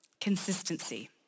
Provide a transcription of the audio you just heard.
consistency